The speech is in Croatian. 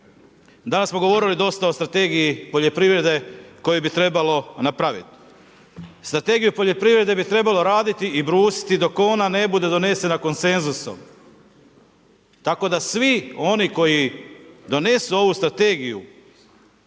danas smo govorili dosta o strategiji poljoprivrede koju bi trebalo napraviti. Strategiju poljoprivrede, bi trebalo raditi i brusiti dok ona ne bude donesena konsenzusom. Tako da svi oni koji donesu ovu strategiju